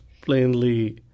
plainly